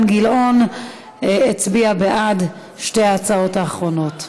גילאון הצביע בעד שתי ההצעות האחרונות.